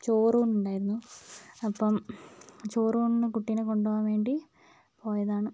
ചോറൂണ് ഉണ്ടായിരുന്നു അപ്പം ചോറൂണിന് കുട്ടിയെ കൊണ്ട് പോകാൻ വേണ്ടി പോയതാണ്